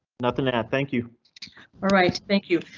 nothing now. thank you alright. thank you.